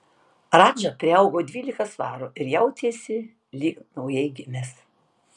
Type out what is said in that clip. radža priaugo dvylika svarų ir jautėsi lyg naujai gimęs